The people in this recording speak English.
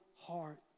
heart